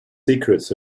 secrets